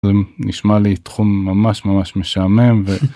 זה נשמע לי תחום ממש ממש משעמם.